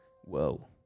Whoa